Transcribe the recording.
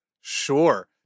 sure